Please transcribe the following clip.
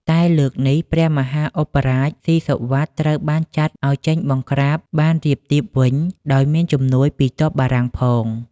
តែលើកនេះ ព្រះមហាឧបរាជស៊ីសុវត្ថិត្រូវបានចាត់ឱ្យចេញបង្ក្រាបបានរាបទាបវិញ ដោយមានជំនួយពីទ័ពបារាំងផង។